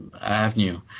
avenue